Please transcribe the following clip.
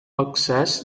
access